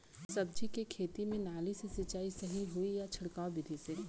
सब्जी के खेती में नाली से सिचाई सही होई या छिड़काव बिधि से?